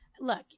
look